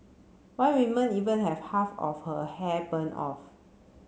one women even had half her hair burned off